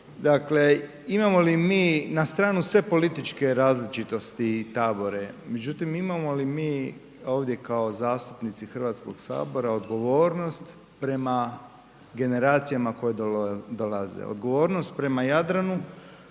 Dakle, imamo li mi, na stranu sve političke različitosti i tabore, međutim, imamo li mi ovdje kao zastupnici HS odgovornost prema generacijama koje dolaze, odgovornost prema Jadranu